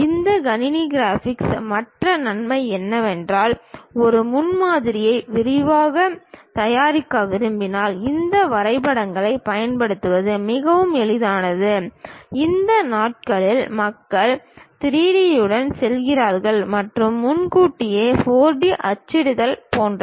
இந்த கணினி கிராபிக்ஸ் மற்ற நன்மை என்னவென்றால் ஒரு முன்மாதிரியை விரைவாக தயாரிக்க விரும்பினால் இந்த வரைபடங்களைப் பயன்படுத்துவது மிகவும் எளிதானது இந்த நாட்களில் மக்கள் 3D உடன் செல்கிறார்கள் மற்றும் முன்கூட்டியே 4D அச்சிடுதல் போன்றது